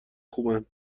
خوبن